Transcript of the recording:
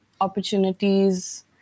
opportunities